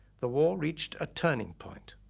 the war reached a turning point.